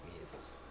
Yes